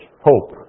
hope